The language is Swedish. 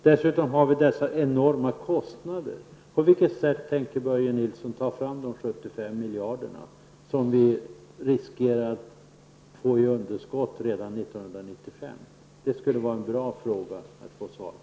Dessutom har vi dessa enorma kostnader. På vilket sätt tänker Börje Nilsson ta fram de 75 miljarder som vi riskerar att få i underskott redan 1995? Det skulle vara bra att få svar på den frågan.